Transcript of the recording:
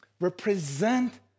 represent